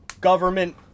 government